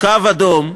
קו אדום,